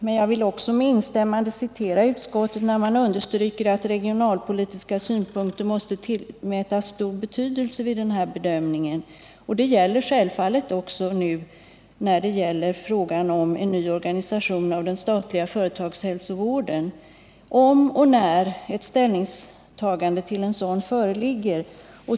Men jag vill också instämma i utskottets understrykande av att regionalpolitiska synpunkter måste tillmätas stor betydelse vid den här bedömningen. Det gäller självfallet också om och när ett ställningstagande till en ny organisation av den statliga företagshälsovården föreligger.